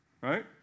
Right